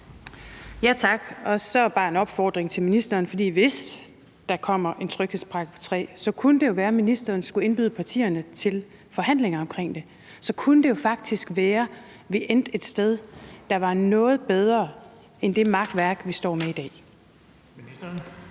jeg bare komme med en opfordring til ministeren, for hvis der kommer en tredje tryghedspakke, kunne det jo være, at ministeren skulle indbyde partierne til forhandlinger omkring det. Så kunne det jo faktisk være, at vi endte med noget, der var bedre end det makværk, vi står med i dag.